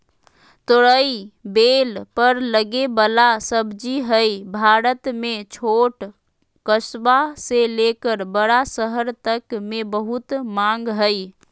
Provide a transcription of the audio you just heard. तोरई बेल पर लगे वला सब्जी हई, भारत में छोट कस्बा से लेकर बड़ा शहर तक मे बहुत मांग हई